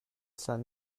sun